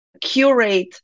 curate